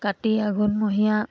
কাতি আঘোণ মহীয়া